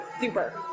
Super